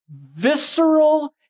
visceral